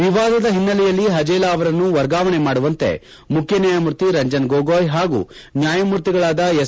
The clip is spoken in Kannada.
ವಿವಾದದ ಹಿನ್ನೆಲೆಯಲ್ಲಿ ಹಜೇಲಾ ಅವರನ್ನು ವರ್ಗಾವಣೆ ಮಾಡುವಂತೆ ಮುಖ್ಯ ನ್ಕಾಯಮೂರ್ತಿ ರಂಜನ್ ಗೊಗೋಯ್ ಹಾಗೂ ನ್ಕಾಯಮೂರ್ತಿಗಳಾದ ಎಸ್